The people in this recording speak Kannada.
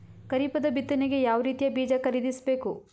ಖರೀಪದ ಬಿತ್ತನೆಗೆ ಯಾವ್ ರೀತಿಯ ಬೀಜ ಖರೀದಿಸ ಬೇಕು?